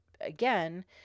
again